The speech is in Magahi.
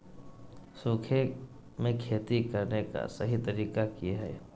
सूखे में खेती करने का सही तरीका की हैय?